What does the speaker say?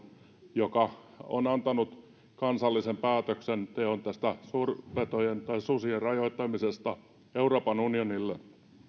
joka on antanut kansallisen päätöksenteon suurpetojen tai susien rajoittamisesta euroopan unionille